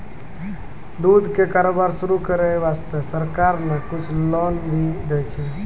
दूध के कारोबार शुरू करै वास्तॅ सरकार न कुछ लोन भी दै छै